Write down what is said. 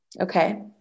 Okay